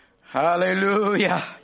Hallelujah